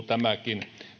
tämäkin